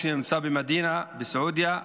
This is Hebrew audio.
שנמצא במדינה בסעודיה,